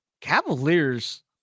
Cavaliers